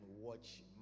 watch